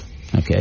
okay